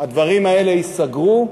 הדברים האלה ייסגרו,